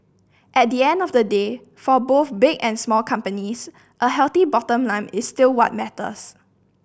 at the end of the day for both big and small companies a healthy bottom line is still what matters